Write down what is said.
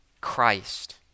Christ